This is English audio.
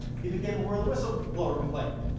he became aware of the whistleblower complaint.